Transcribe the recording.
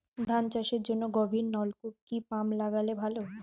ধান চাষের জন্য গভিরনলকুপ কি পাম্প লাগালে ভালো?